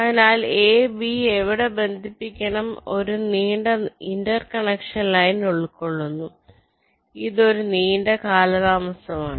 അതിനാൽ A B എന്നിവ ബന്ധിപ്പിക്കുന്നത് ഒരു നീണ്ട ഇന്റർ കണക്ഷൻ ലൈൻ ഉൾക്കൊള്ളുന്നു ഇത് ഒരു നീണ്ട കാലതാമസം എന്നാണ്